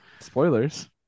Spoilers